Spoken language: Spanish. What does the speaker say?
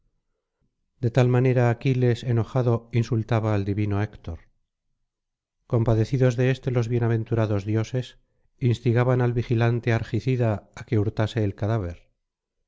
de tal manera aquiles enojado insultaba al divino héctor compadecidos de éste los bienaventurados dioses instigaban al vigilante argicida áque hurtase el cadáver